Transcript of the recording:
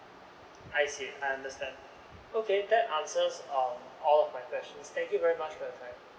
I see I understand okay that answers um all of my questions thank you very much for your time